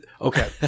okay